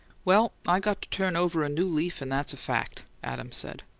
well, i got to turn over a new leaf, and that's a fact, adams said.